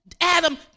Adam